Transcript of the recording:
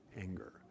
anger